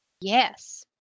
Yes